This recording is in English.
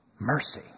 mercy